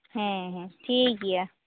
ᱦᱮᱸ ᱦᱮᱸ ᱴᱷᱤᱠ ᱜᱮᱭᱟ